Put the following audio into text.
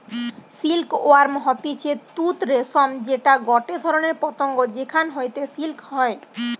silk worm হতিছে তুত রেশম যেটা গটে ধরণের পতঙ্গ যেখান হইতে সিল্ক হয়